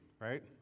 right